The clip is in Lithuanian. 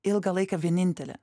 ilgą laiką vienintelė